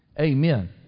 Amen